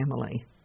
family